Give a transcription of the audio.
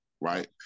right